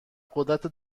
قدرت